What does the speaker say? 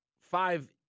five